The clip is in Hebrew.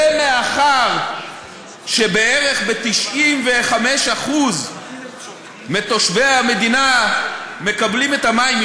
ומאחר שבערך 95% מתושבי המדינה מקבלים את המים,